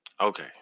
okay